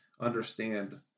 understand